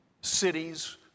cities